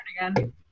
again